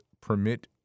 permit